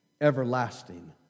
everlasting